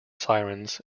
sirens